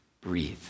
breathe